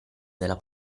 della